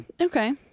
Okay